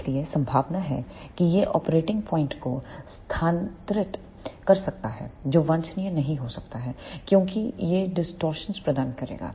इसलिए संभावना है कि यह ऑपरेटिंग बिंदु को स्थानांतरित कर सकता है जो वांछनीय नहीं हो सकता है क्योंकि यह डिस्टॉर्शंस प्रदान करेगा